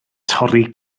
torri